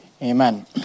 Amen